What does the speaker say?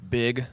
big